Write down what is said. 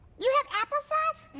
you have apple sauce?